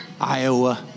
Iowa